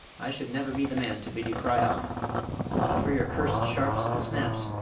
i should never be the man to bid you cry off but for your curst sharps and snaps,